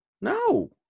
No